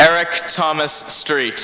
eric thomas street